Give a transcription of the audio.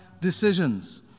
decisions